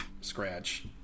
scratch